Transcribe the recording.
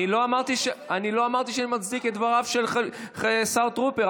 אני לא אמרתי שאני מצדיק את דבריו של השר טרופר.